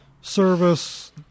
service